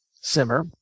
simmer